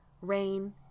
rain